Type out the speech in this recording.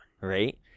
right